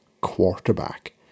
quarterback